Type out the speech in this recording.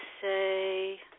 say